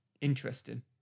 interesting